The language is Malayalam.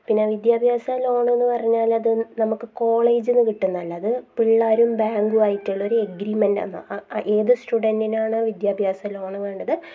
പിന്നെ വിദ്യാഭ്യാസ ലോണെന്ന് പറഞ്ഞാൽ അത് നമുക്ക് കോളേജിൽ നിന്നു കിട്ടുന്നതല്ല അത് പിള്ളേരും ബാങ്കും ആയിട്ടുള്ള ഒരു എഗ്രീമെൻ്റാണ് ഏത് സ്റ്റുഡനൻ്റിനാണ് വിദ്യാഭ്യാസ ലോണ് വേണ്ടത്